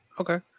Okay